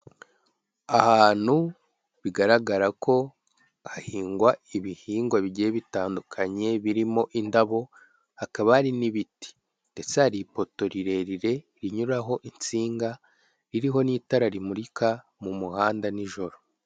Ahantu bigaragara ko hahingwa ibihingwa bigiye bitandukanye, birimo indabo, hakaba hari n'ibiti ndetse hari ipoto rirerire rinyuraho insinga, ririho n'itara rimurika mu muhanda nijoro.